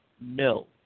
no